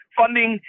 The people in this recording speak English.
funding